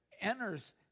enters